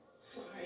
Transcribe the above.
Sorry